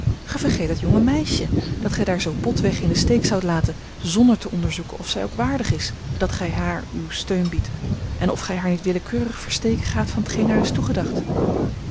gij vergeet dat jonge meisje dat gij daar zoo bot weg in den steek zoudt laten zonder te onderzoeken of zij ook waardig is dat gij haar uw steun biedt en of gij haar niet willekeurig versteken gaat van t geen haar is toegedacht